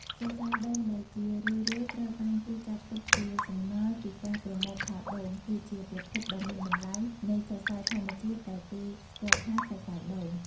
សរសៃដូង ដែលជារឿយៗត្រូវបានគេចាត់ទុកជាសំណល់ពីការប្រមូលផលដូង គឺជាប្រភពដ៏មានតម្លៃនៃសរសៃធម្មជាតិដែលគេស្គាល់ថា សរសៃដូង។